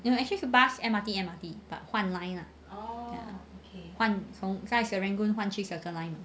you know actually bus M_R_T M_R_T but 换 line lah ya 换从在 serangoon 换去 circle line